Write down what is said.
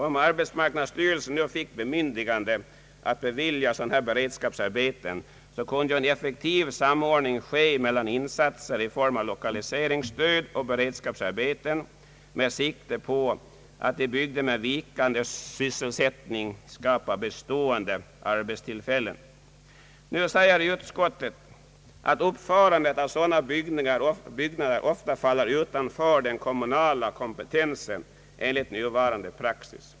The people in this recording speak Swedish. Om arbetsmarknadsstyrelsen nu fick bemyndigande att bevilja sådana beredskapsarbeten kunde en effektiv samordning ske mellan insatser i form av lokaliseringsstöd och beredskapsarbeten med sikte på att i bygder med vikande sysselsättning skapa bestående arbetstillfällen. Nu säger utskottet att uppförandet av sådana byggnader enligt nuvarande praxis ofta faller utanför den kommunala kompetensen.